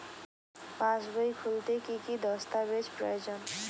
পাসবই খুলতে কি কি দস্তাবেজ প্রয়োজন?